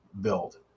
build